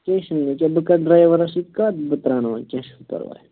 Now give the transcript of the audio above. کیٚنٛہہ چھُنہٕ یہِ کیٛاہ بہٕ کَرٕ ڈرایوَرَس سۭتۍ کتھ بہٕ ترٛاوناوَن کیٚنٛہہ چھُنہٕ پرواے